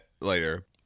later